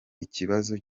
ikibazo